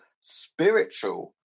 spiritual